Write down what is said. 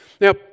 Now